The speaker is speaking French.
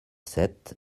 sept